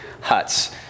huts